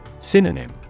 Synonym